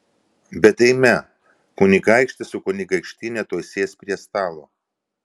bet eime kunigaikštis su kunigaikštiene tuoj sės prie stalo